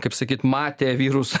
kaip sakyt matė virusą